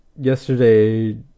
yesterday